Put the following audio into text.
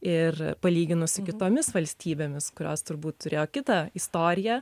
ir palyginus su kitomis valstybėmis kurios turbūt turėjo kitą istoriją